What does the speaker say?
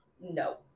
No